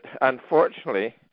unfortunately